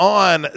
on